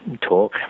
talk